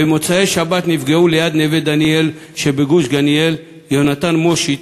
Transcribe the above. במוצאי שבת נפגעו ליד נווה-דניאל שבגוש-עציון יונתן מושיץ,